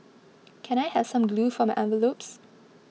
can I have some glue for my envelopes